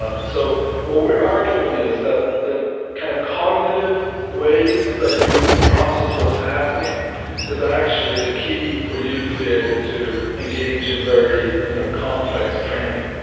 ah so what we're arguing is that the kind of cognitive ways that you process what's happening is actually the key for you to be able to engage in very you know complex training.